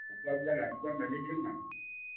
কুকুৰাবিলাক ৰাতিপুৱা মেলি দিওঁ নাই